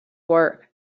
work